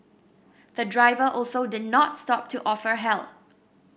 the driver also did not stop to offer help